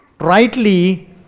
rightly